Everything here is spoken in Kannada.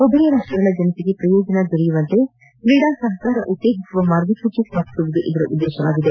ಉಭಯ ರಾಷ್ಟಗಳ ಜನತೆಗೆ ಪ್ರಯೋಜನ ದೊರೆಯುವಂತೆ ಕ್ರೀಡಾ ಸಹಕಾರ ಉತ್ತೇಜಿಸುವ ಮಾರ್ಗಸೂಚಿ ಸ್ಥಾಪಿಸುವುದು ಇದರ ಉದ್ದೇಶವಾಗಿದೆ